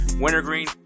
wintergreen